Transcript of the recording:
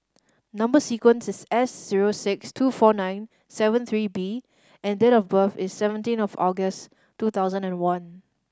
number sequence is S zero six two four nine seven three B and date of birth is seventeen of August two thousand and one